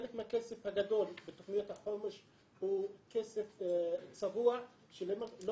חלק מהכסף הגדול בתוכניות החומש הוא כסף צבוע שלא